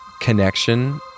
connection